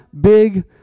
big